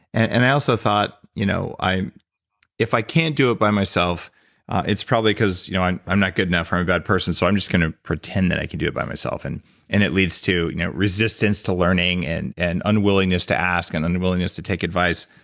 and and i also thought, you know if i can't do it by myself it's probably because you know i'm not good enough, i'm a bad person, so i'm just going to pretend that i could do it by myself. and and it leads to you know resistance to learning and and unwillingness to ask and unwillingness to take advice.